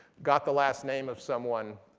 got the last name of someone,